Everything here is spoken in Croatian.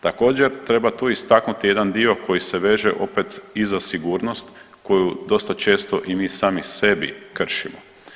Također treba tu istaknuti jedan dio koji se veže opet i za sigurnost koju dosta često i mi sami sebi kršimo.